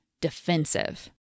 defensive